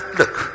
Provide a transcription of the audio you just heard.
look